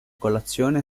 colazione